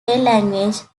language